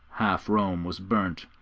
half rome was burnt,